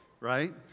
right